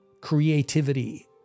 creativity